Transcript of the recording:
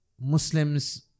Muslims